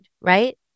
right